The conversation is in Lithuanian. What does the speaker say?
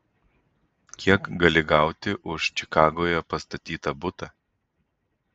kiek gali gauti už čikagoje pastatytą butą